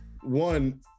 one